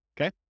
okay